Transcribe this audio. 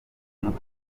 umuti